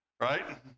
right